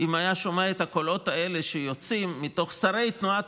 אם היה שומע את הקולות האלה שיוצאים מתוך שרי תנועת